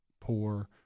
poor